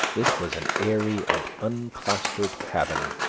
this was an airy and unplastered cabin,